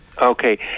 okay